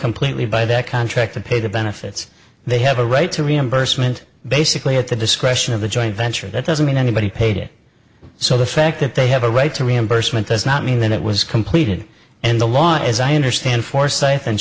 completely by their contract to pay the benefits they have a right to reimbursement basically at the discretion of the joint venture that doesn't mean anybody paid it so the fact that they have a right to reimbursement does not mean that it was completed and the law as i understand forsyth and